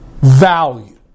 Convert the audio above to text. value